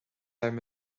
orm